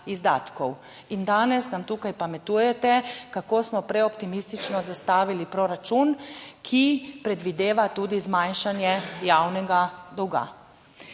in danes nam tukaj pametujete, kako smo prej optimistično zastavili proračun, ki predvideva tudi zmanjšanje javnega dolga.